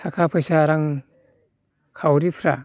थाखा फैसा रां खावरिफ्रा